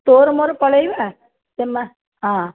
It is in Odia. ତୋର ମୋର ପଳାଇବା ସେମା ହଁ